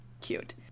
Cute